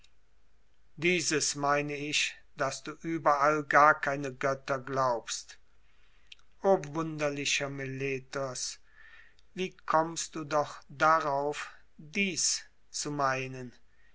dieses meine ich daß du überall gar keine götter glaubst o wunderlicher meletos wie kommst du doch darauf dies zu meinen